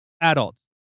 adults